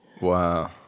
Wow